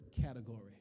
category